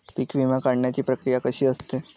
पीक विमा काढण्याची प्रक्रिया कशी असते?